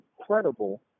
incredible